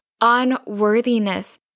Unworthiness